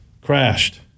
crashed